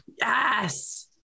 Yes